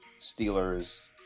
Steelers